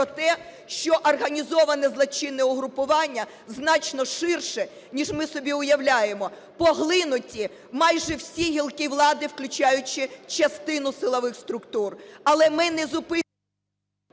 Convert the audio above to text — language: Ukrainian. про те, що організоване злочинне угрупування значно ширше, ніж ми собі уявляємо, поглинуті майже всі гілки влади, включаючи частину силових структур.